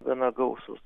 gana gausūs